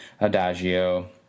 Adagio